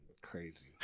crazy